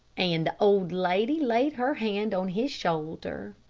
and the old lady laid her hand on his shoulder.